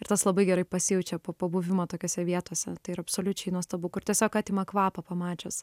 ir tas labai gerai pasijaučia po pabuvimo tokiose vietose tai yr absoliučiai nuostabu kur tiesiog atima kvapą pamačius